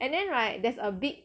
and then right there's a big